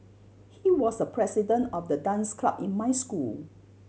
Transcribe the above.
he was the president of the dance club in my school